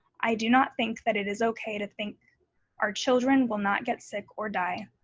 i do not think that it is okay to think our children will not get sick or die.